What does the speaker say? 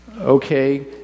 Okay